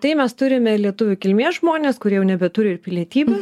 tai mes turime ir lietuvių kilmės žmones kurie jau nebeturi ir pilietybės